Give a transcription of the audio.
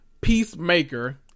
Peacemaker